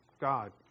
God